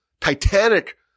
titanic